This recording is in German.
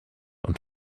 und